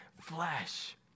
flesh